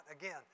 Again